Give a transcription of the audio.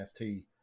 NFT